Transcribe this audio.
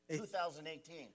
2018